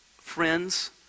friends